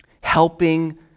helping